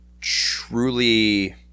truly